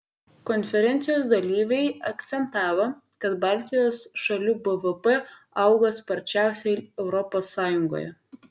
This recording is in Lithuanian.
konferencijos dalyviai akcentavo kad baltijos šalių bvp auga sparčiausiai europos sąjungoje